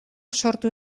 sortu